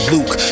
Luke